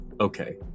Okay